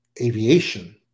aviation